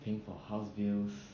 paying for house bills